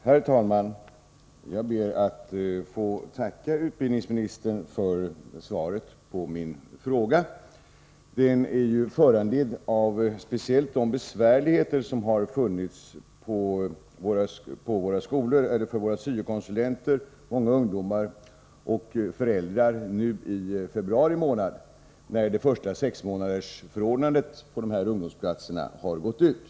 Herr talman! Jag ber att få tacka utbildningsministern för svaret på min fråga. Frågan är främst föranledd av de besvärligheter som förelegat på våra skolor för syo-konsulenter, många ungdomar och föräldrar nu i februari när det första sexmånadersförordnandet på ungdomsplatserna har gått ut.